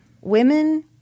women